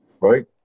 right